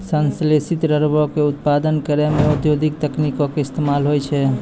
संश्लेषित रबरो के उत्पादन करै मे औद्योगिक तकनीको के इस्तेमाल होय छै